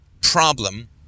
problem